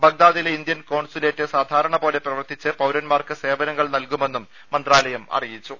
ബാഗ്ദാദിലെ Indian consulate സാധാരണപോലെ പ്രവർത്തിച്ച് പൌരന്മാർക്ക് സേവനങ്ങൾ നൽകുമെന്നും മന്ത്രാലയം അറിയിച്ചു